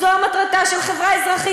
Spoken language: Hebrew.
זו מטרתה של חברה אזרחית.